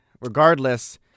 Regardless